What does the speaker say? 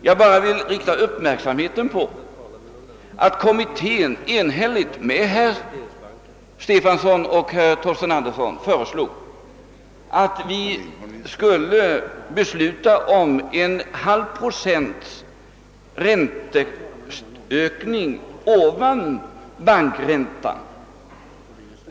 Jag vill bara rikta uppmärksamheten på att kommittén i likhet med herr Stefanson och herr Torsten Andersson föreslog att vi skulle besluta om en halv procents ränteökning ovan bankräntan.